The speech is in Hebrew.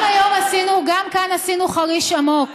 גם כאן עשינו חריש עמוק.